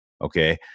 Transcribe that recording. Okay